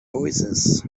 oasis